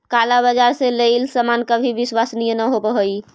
काला बाजार से लेइल सामान कभी विश्वसनीय न होवअ हई